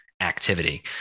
activity